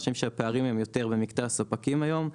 אנחנו חושבים שהפערים הם יותר במקטע הספקים היום,